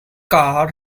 car